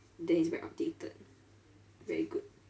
then it's very updated very good